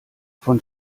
von